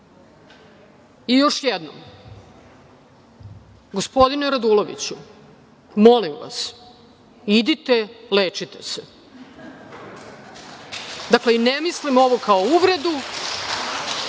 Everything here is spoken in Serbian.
jednom, gospodine Raduloviću, molim vas, idite lečite se. Dakle, ne mislim ovo kao uvredu,